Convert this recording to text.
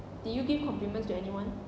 did you give compliments to anyone